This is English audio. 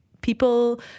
people